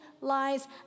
lies